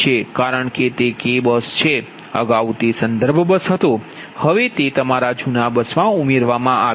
કારણ કે તે K બસ છે અગાઉ તે સંદર્ભ બસ હતો હવે તે તમારા જૂના બસ મા ઉમેરવામાં આવ્યું હતું